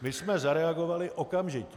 My jsme zareagovali okamžitě.